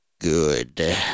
good